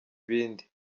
ibindi